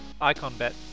IconBet